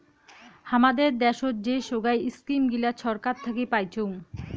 হামাদের দ্যাশোত যে সোগায় ইস্কিম গিলা ছরকার থাকি পাইচুঙ